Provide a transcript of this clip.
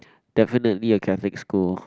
definitely a Catholic school